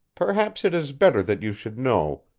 perhaps it is better that you should know,